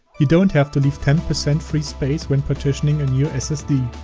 you don't have to leave ten percent free space when partitioning a new ssd.